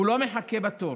לא מחכה בתור,